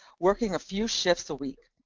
working a few shifts a week.